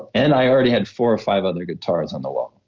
and i already had four or five other guitars on the wall.